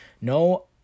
no